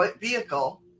vehicle